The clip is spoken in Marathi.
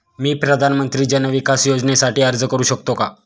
मी प्रधानमंत्री जन विकास योजनेसाठी अर्ज करू शकतो का?